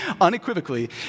unequivocally